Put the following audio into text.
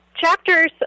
Chapters